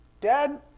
dad